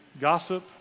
Gossip